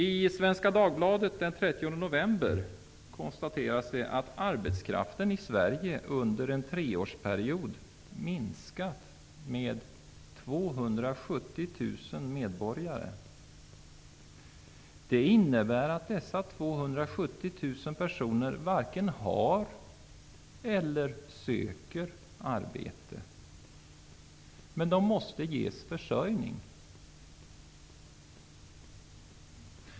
I Svenska Dagbladet av den 30 november konstateras det att det beträffande arbetskraften i Sverige under en treårsperiod har skett en minskning med 270 000 medborgare. Det innebär att dessa 270 000 personer varken har eller söker arbete. Men de måste ges försörjning.